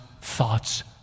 thoughts